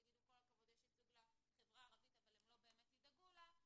תאמרו שיש ייצוג לחברה הערבית אבל הם לא באמת ידאגו לה,